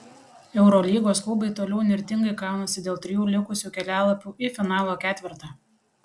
eurolygos klubai toliau įnirtingai kaunasi dėl trijų likusių kelialapių į finalo ketvertą